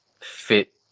fit